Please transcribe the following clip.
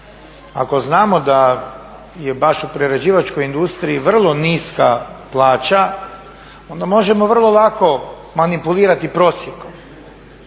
Ako znamo da je baš u prerađivačkoj industriji vrlo niska plaća onda možemo vrlo lako manipulirati prosjekom.